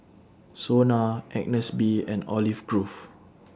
Sona Agnes B and Olive Grove